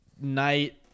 night